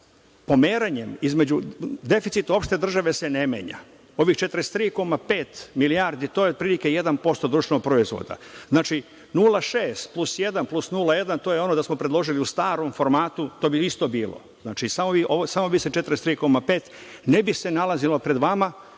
pomeranjem između deficit opšte države se ne menja. Ovih 43,5 milijardi, to je otprilike 1% društvenog proizvoda. Znači, 0,6%, plus 1%, plus 0,1%, to je ono da smo predložili u starom formatu, to bi isto bilo, znači, samo bi se 43,5%, ne bi se nalazilo pred vama,